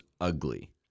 ugly